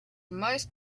most